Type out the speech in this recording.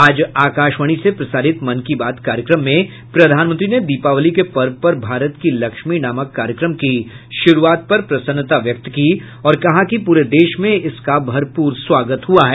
आज आकाशवाणी से प्रसारित मन की बात कार्यक्रम में प्रधानमंत्री ने दीपावली के पर्व पर भारत की लक्ष्मी नामक कार्यक्रम की शुरूआत पर प्रसन्नता व्यक्त की और कहा कि प्रे देश में इसका भरपूर स्वागत हुआ है